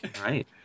Right